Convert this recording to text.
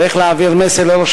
צריך להעביר מסר לראש